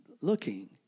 looking